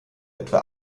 etwa